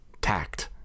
tact